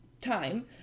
time